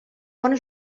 bona